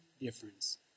difference